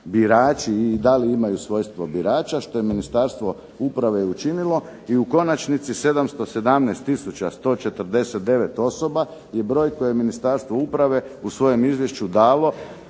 birači i da li ima svojstvo birača što je Ministarstvo uprave učinilo i u konačnici 717 tisuća 149 osoba je broj koji je Ministarstvo uprave u svojem izvješću dalo